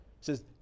says